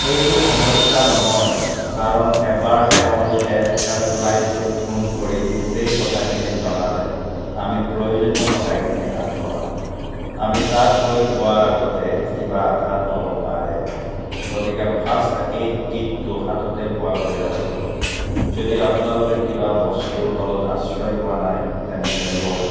সেইটো সমস্যা নহয় কাৰণ এবাৰ তেওঁলোকে হেল্পলাইনটোত ফোন কৰি গোটেই কথাখিনি জনালে আমি প্ৰয়োজনীয় সহায়খিনি আগবঢ়াম আমি তাত গৈ পোৱাৰ আগতে কিবা আঘাত হ'ব পাৰে গতিকে ফাৰ্ষ্ট এইড কিটটো হাততে পোৱাকৈ ৰাখিব যদি আপোনালোকে কিবা বস্তুৰ তলত আশ্ৰয় লোৱা নাই তেন্তে লওক